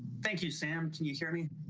thank you, sam, can you hear me.